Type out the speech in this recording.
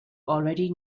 already